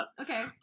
okay